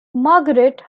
margaret